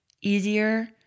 easier